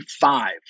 five